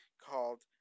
called